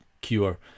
Cure